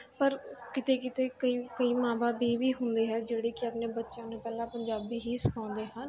ਪਰ ਕਿਤੇ ਕਿਤੇ ਕਈ ਕਈ ਮਾਂ ਬਾਪ ਇਹ ਵੀ ਹੁੰਦੇ ਆ ਜਿਹੜੇ ਕਿ ਆਪਣੇ ਬੱਚਿਆਂ ਨੇ ਪਹਿਲਾਂ ਪੰਜਾਬੀ ਹੀ ਸਿਖਾਉਂਦੇ ਹਨ